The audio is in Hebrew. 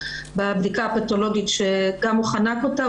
בבדיקה הפתולוגית שהוא גם חנק אותה,